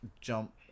jump